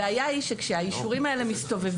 הבעיה היא שכשהאישורים האלה מסתובבים,